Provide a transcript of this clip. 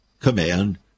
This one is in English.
command